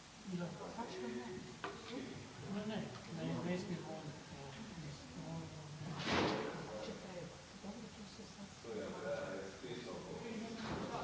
Hvala vam